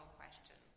question